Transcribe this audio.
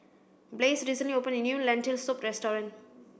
Blaise recently opened a new Lentil Soup Restaurant